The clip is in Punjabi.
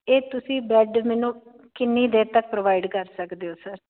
ਇਹ ਤੁਸੀਂ ਬੈੱਡ ਮੈਨੂੰ ਕਿੰਨੀ ਦੇਰ ਤੱਕ ਪ੍ਰੋਵਾਈਡ ਕਰ ਸਕਦੇ ਹੋ ਸਰ